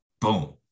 boom